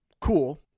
Cool